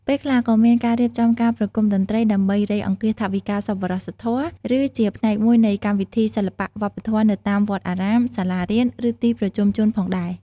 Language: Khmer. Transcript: ពេលខ្លះក៏មានការរៀបចំការប្រគំតន្ត្រីដើម្បី រៃអង្គាសថវិកាសប្បុរសធម៌ ឬជាផ្នែកមួយនៃកម្មវិធីសិល្បៈវប្បធម៌នៅតាមវត្តអារាម សាលារៀន ឬទីប្រជុំជនផងដែរ ។